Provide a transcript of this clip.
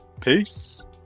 Peace